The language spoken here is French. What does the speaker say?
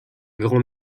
grand